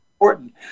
important